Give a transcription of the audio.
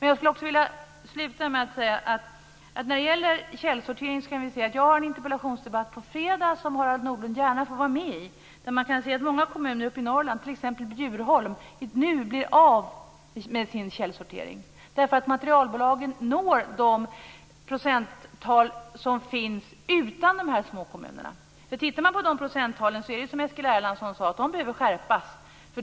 Jag skulle vilja sluta med att säga att jag skall ha en interpellationsdebatt i morgon om källsortering. Harald Nordlund får gärna delta i den debatten. Många kommuner uppe i Norrland, t.ex. Bjurholm, blir nu av med sin källsortering, därför att materialbolagen når de procenttal som finns utan dessa små kommuner. Om man tittar på dessa procenttal är det som Eskil Erlandsson sade att de behöver skärpas.